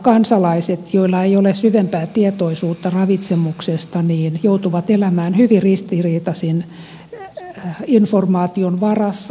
kansalaiset joilla ei ole syvempää tietoisuutta ravitsemuksesta joutuvat elämään hyvin ristiriitaisen informaation varassa